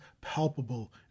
palpable